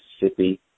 Mississippi